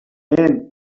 men